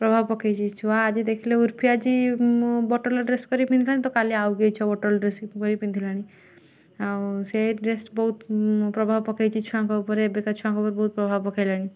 ପ୍ରଭାବ ପକାଇଛି ଛୁଆ ଆଜି ଦେଖିଲେ ଉର୍ଫି ଆଜି ବଟଲ୍ର ଡ୍ରେସ୍ କରି ପିନ୍ଧିଲାଣି ତ କାଲି ଆଉ କେହି ଛୁଆ ବଟଲ୍ ଡ୍ରେସ୍ କରି ପିନ୍ଧିଲାଣି ଆଉ ସେ ଡ୍ରେସ୍ ବହୁତ ପ୍ରଭାବ ପକାଇଛି ଛୁଆଙ୍କ ଉପରେ ଏବେକା ଛୁଆଙ୍କ ଉପରେ ବହୁତ ପ୍ରଭାବ ପକାଇଲାଣି